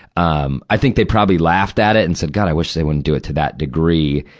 um i think they probably laughed at it and said, god, i wish they wouldn't do it to that degree,